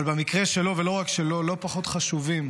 אבל במקרה שלו, ולא רק שלו, לא פחות חשובים,